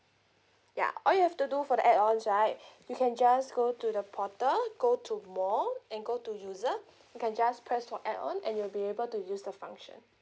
yeah all you have to do for the add ons right you can just go to the portal go to more and go to user you can just press on add-on and you'll be able to use the function